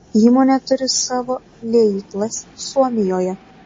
įmonė turi savo liejyklas suomijoje